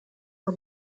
for